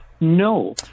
No